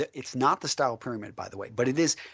it is not the style pyramid by the way but it is,